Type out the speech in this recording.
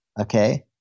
Okay